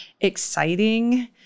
exciting